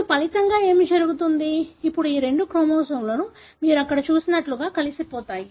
ఇప్పుడు ఫలితంగా ఏమి జరుగుతుంది ఇప్పుడు ఈ రెండు క్రోమోజోములు మీరు ఇక్కడ చూసినట్లుగా కలిసిపోతాయి